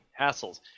hassles